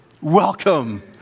Welcome